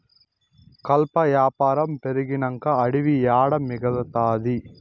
కలప యాపారం పెరిగినంక అడివి ఏడ మిగల్తాది